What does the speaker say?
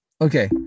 Okay